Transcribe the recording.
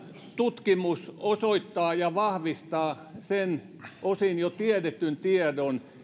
tutkimus osoittaa ja vahvistaa sen osin jo tiedetyn tiedon että